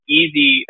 easy